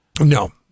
No